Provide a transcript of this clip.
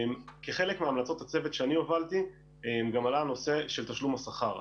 כחלק מהמלצות הצוות שאני הובלתי גם עלה הנושא של תשלום השכר.